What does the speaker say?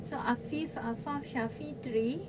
so affif affaf shafie three